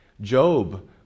Job